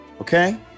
okay